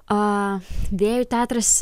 a vėjų teatras